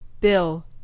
Bill